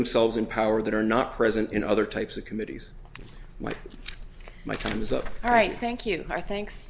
themselves in power that are not present in other types of committees my my time is up all right thank you i think